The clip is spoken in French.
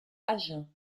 agen